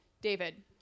David